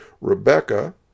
Rebecca